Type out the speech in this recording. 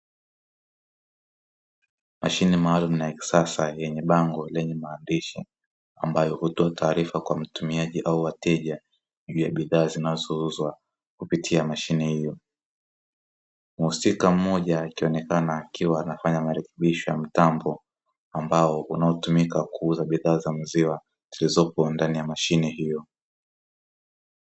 Mashine maalumu na ya kisasa yenye bango lenye maandishi ambayo hutoa taarifa kwa mtumiaji au wateja juu ya bidhaa zinazouzwa kupitia mashine hiyo, mhusika mmoja akionekana akiwa anafanya marekebisho ya mtambo ambao unaotumika kuuza bidhaa za maziwa zilizopo ndani ya mashine hio.